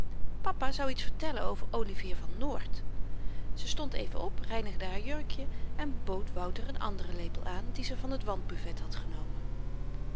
papa zou iets vertellen over olivier van noort ze stond even op reinigde haar jurkjen en bood wouter n anderen lepel aan dien ze van t wandbuvet had genomen